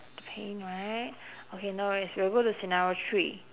pain right okay no worries we'll go to scenario three